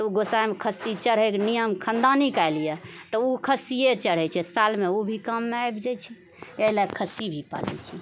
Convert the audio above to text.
तऽ गोंसाइमे खस्सी चढ़एके नियम खानदानीके आएल यऽ तऽ ओ खस्सिए चढ़ै छै तऽ सालमे ओ भी काममे आबि जाइ छै एहि लए कऽ खस्सी भी पालए छी